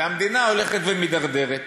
והמדינה הולכת ומידרדרת.